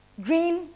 green